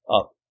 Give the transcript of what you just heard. up